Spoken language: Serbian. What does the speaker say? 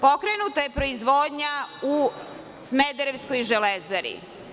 Pokrenuta je proizvodnja u Smederevskoj železari.